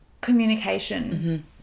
communication